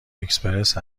اکسپرس